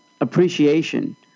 appreciation